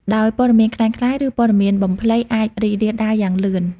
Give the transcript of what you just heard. ដោយព័ត៌មានក្លែងក្លាយ ឬព័ត៌មានបំភ្លៃអាចរីករាលដាលយ៉ាងលឿន។